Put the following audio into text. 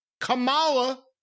Kamala